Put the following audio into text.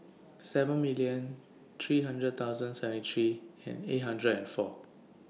seven million three thousand thousand seventy three and eight hundred and four